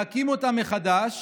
להקים אותה מחדש